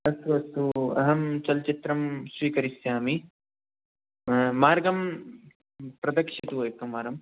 अस्तु अस्तु अहं चलच्चित्रं स्वीकरिष्यामि मार्गं प्रदर्शयतु एकं वारं